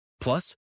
Plus